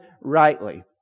rightly